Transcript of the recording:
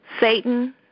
Satan